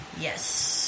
yes